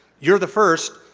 you're the first,